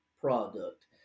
product